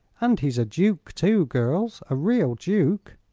and he's a duke, too, girls a real duke!